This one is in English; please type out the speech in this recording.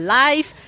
life